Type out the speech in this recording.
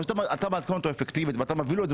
אבל אתה מעדכן אותו אפקטיבית ואתה מביא לו את זה